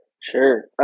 Sure